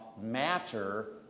matter